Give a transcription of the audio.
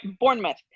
Bournemouth